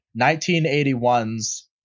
1981's